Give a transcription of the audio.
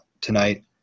tonight